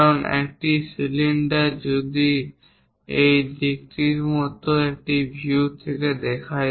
কারণ একটি সিলিন্ডার যদি আমরা এই দিকের মত একটি ভিউ থেকে তাকাই